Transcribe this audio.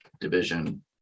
division